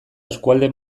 eskualde